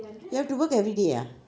you have to work everyday ah